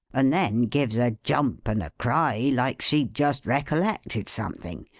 and then gives a jump and a cry, like she'd just recollected something,